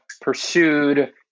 pursued